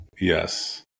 Yes